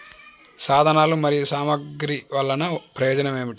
సాధనాలు మరియు సామగ్రి వల్లన ప్రయోజనం ఏమిటీ?